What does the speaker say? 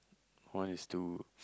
one is two